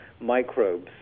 microbes